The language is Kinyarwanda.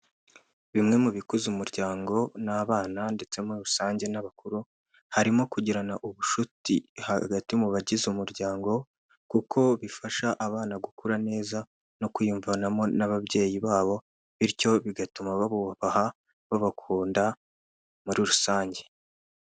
Bimwe mu bikuza umuryango ni abana ndetse muri rusange n'abakuru harimo kugirana ubushuti hagati mu bagize umuryango, kuko bifasha abana gukura neza no kwiyuvanamo n'ababyeyi babo bityo bigatuma babubaha babakunda muri rusange.